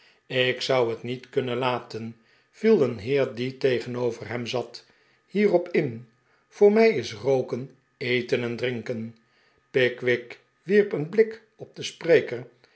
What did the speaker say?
ik zou het niet kunnen laten viel een heer die tegenover hem zat hierop in voor mij is rooken eten en drinken pickwick wierp een blik op den spreker